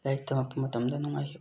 ꯂꯥꯏꯔꯤꯛ ꯇꯝꯅꯛꯄ ꯃꯇꯝꯗ ꯅꯨꯡꯉꯥꯏꯈꯤꯕꯅꯦ